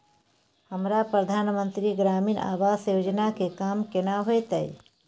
हमरा प्रधानमंत्री ग्रामीण आवास योजना के काम केना होतय?